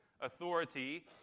authority